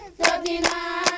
thirty-nine